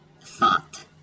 thought